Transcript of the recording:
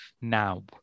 now